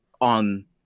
on